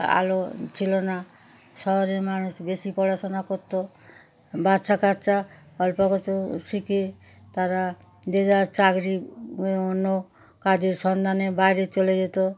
আলো ছিল না শহরের মানুষ বেশি পড়াশোনা করত বাচ্চা কাচ্চা অল্প কিছু শিখে তারা যে যার চাকরি অন্য কাজের সন্ধানে বাইরে চলে যেত